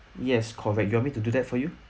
yes correct you want me to do that for you